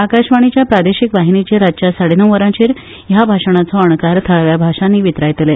आकाशवाणीच्या प्रादेशिक वाहिनीचेर रातच्या साडे णव वरांचेर या भाषणाचो अणकार थळाव्या भाषांनी वितरायतले